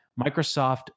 Microsoft